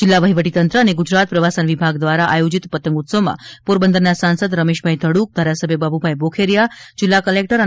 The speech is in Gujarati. જીલ્લા વહીવટી તંત્ર અને ગુજરાત પ્રવાસન વિભાગ દ્રારા આયોજીત પતંગોત્સવમાં પોરબંદરના સાંસદ રમેશભાઇ ધડૂક ધારાસભ્ય બાબુભાઇ બોખીરીયા જીલ્લા કલેકટર ડી